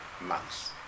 months